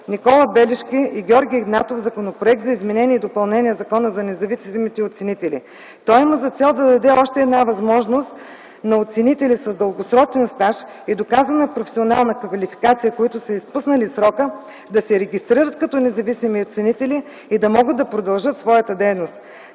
Никола Белишки и Георги Игнатов Законопроект за изменение и допълнение на Закона за независимите оценители. Той има за цел да даде още една възможност на оценителите с дългосрочен стаж и доказана професионална квалификация, които са изпуснали срока, да се регистрират като независими оценители и да могат да продължат своята дейност.